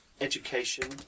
education